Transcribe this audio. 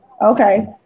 Okay